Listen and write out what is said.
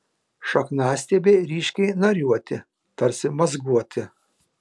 šakniastiebiai ryškiai nariuoti tarsi mazguoti